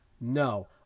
No